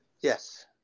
Yes